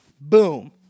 Boom